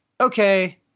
okay